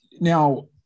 now